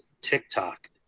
TikTok